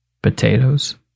Potatoes